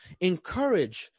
Encourage